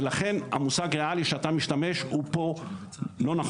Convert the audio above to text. לכן המושג "ריאלי" שבו אתה משתמש הוא לא נכון.